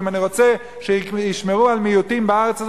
ואם אני רוצה שישמרו על מיעוטים בארץ הזאת,